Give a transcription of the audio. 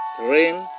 rain